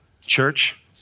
Church